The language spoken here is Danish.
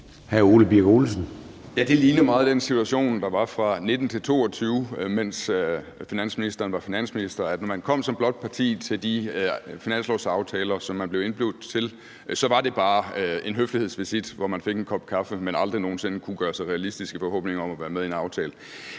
Det ligner meget den situation, der var fra 2019-2022, mens finansministeren var finansminister. Når man kom som blåt parti til de finanslovsforhandlinger, som man blev indbudt til, så var det bare en høflighedsvisit, hvor man fik en kop kaffe, men aldrig nogen sinde kunne gøre sig realistiske forhåbninger om at være med i en aftale.